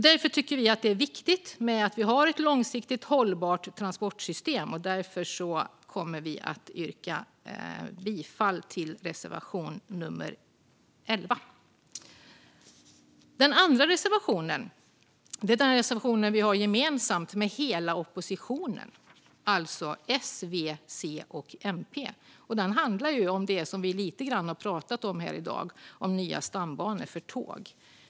Det är viktigt att ha ett långsiktigt hållbart transportsystem. Därför kommer vi att yrka bifall till reservation nummer 11. Den andra reservationen är gemensam för hela oppositionen, det vill säga S, V, C och MP. Den handlar om det som vi har pratat lite om i dag: nya stambanor för tåg.